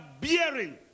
bearing